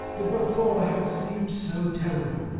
that before had seemed so terrible,